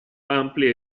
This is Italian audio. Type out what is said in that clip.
amplia